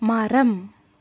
மரம்